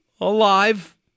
alive